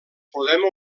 podem